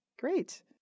Great